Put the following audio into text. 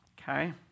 okay